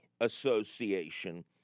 Association